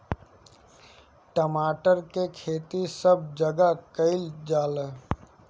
टमाटर के खेती सब जगह कइल जाला